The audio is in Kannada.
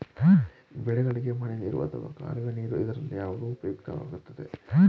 ಬೆಳೆಗಳಿಗೆ ಮಳೆನೀರು ಅಥವಾ ಕಾಲುವೆ ನೀರು ಇದರಲ್ಲಿ ಯಾವುದು ಉಪಯುಕ್ತವಾಗುತ್ತದೆ?